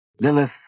Lilith